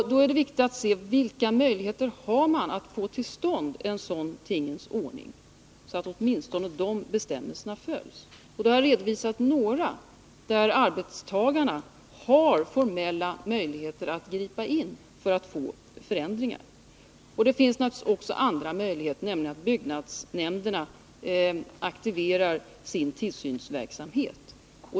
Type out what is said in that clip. Då är det viktigt att man undersöker vilka möligheter man har att få till stånd en sådan tingens ordning att åtminstone dessa bestämmelser följs. Jag har redovisat några sådana möjligheter. Arbetstagarna har formella möjligheter att ingripa för att få till stånd förändringar. Det finns naturligtvis också andra möjligheter, nämligen att byggnadsnämnderna aktiverar sin tillsynsverksamhet.